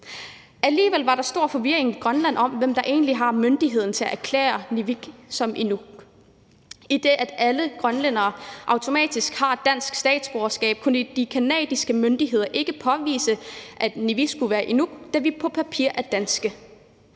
Alligevel var der stor forvirring i Grønland om, hvem der egentlig har myndigheden til at erklære Nivi som inuk. Idet alle grønlændere automatisk har et dansk statsborgerskab, kunne de canadiske myndigheder ikke påvise, at Nivi skulle være inuk, da vi grønlændere